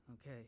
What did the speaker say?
okay